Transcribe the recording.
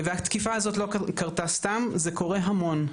והתקיפה הזאת לא קרתה סתם, זה קורה המון,